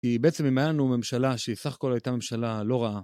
כי בעצם אם הייתה לנו ממשלה שהיא סך הכל הייתה ממשלה לא רעה.